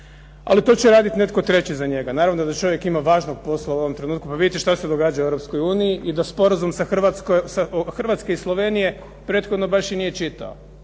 ali to će raditi netko treći za njega. Naravno da čovjek ima važnog posla u ovom trenutku. Pa vidite što se događa u EU i da sporazum Hrvatske i Slovenije prethodno baš i nije čitao,